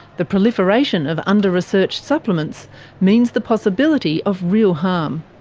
the proliferation of under-researched supplements means the possibility of real harm.